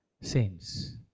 saints